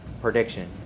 prediction